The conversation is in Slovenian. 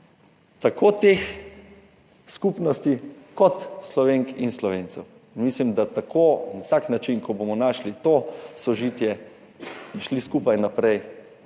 tako teh skupnosti kot Slovenk in Slovencev. Mislim, da bomo na tak način, ko bomo našli to sožitje in šli skupaj naprej,